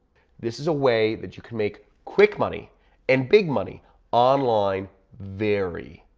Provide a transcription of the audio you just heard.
this is a way that you can make quick money and big money online very,